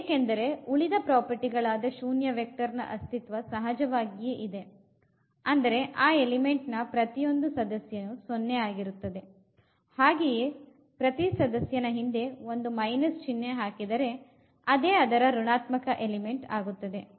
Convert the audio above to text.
ಏಕೆಂದರೆ ಉಳಿದ ಪ್ರಾಪರ್ಟಿ ಗಳಾದ ಶೂನ್ಯ ವೆಕ್ಟರ್ ನ ಅಸ್ತಿತ್ವ ಸಹಜವಾಗಿಯೇ ಇದೆ ಅಂದರೆ ಆ ಎಲಿಮೆಂಟ್ ನ ಪ್ರತಿಯೊಂದು ಸದಸ್ಯನು ೦ ಆಗಿರುತ್ತದೆ ಹಾಗೆಯೆ ಪ್ರತಿ ಸದಸ್ಯನ ಹಿಂದೆ ಒಂದು ಮೈನಸ್ ಚಿಹ್ನೆ ಹಾಕಿದರೆ ಅದೇ ಅದರ ಋಣಾತ್ಮಕ ಎಲಿಮೆಂಟ್ ಆಗುತ್ತದೆ